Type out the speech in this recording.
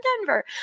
Denver